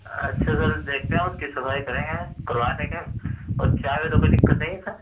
اچھا سر دیکھتے ہیں اُس کی صفائی کریں گے کھلوا دیں گے اور چائے میں تو کوئی دقت نہیں ہے سر